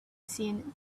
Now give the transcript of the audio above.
seen